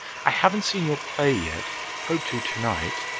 i haven't seen your play yet hope to to-night.